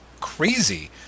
crazy